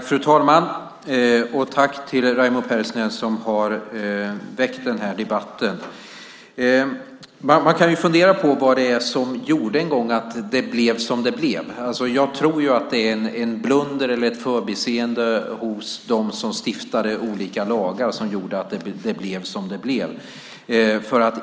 Fru talman! Tack till Raimo Pärssinen som har väckt denna debatt! Vad gjorde en gång att det blev som det blev? Jag tror att det är en blunder eller ett förbiseende hos dem som stiftade olika lagar som gjorde att det blev som det blev.